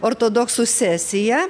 ortodoksų sesiją